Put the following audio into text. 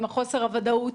עם חוסר הוודאות,